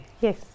Yes